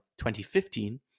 2015